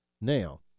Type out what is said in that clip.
Now